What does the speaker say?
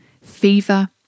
fever